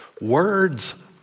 Words